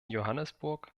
johannesburg